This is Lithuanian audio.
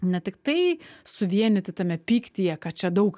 ne tiktai suvienyti tame pyktyje kad čia daug